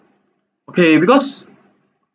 okay because